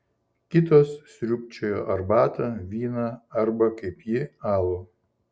kitos sriubčiojo arbatą vyną arba kaip ji alų